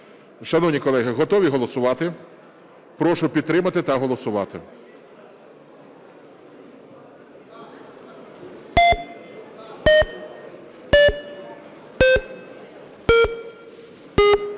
Шановні колеги, готові голосувати? Прошу підтримати та голосувати.